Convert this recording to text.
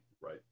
right